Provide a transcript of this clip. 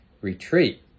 retreat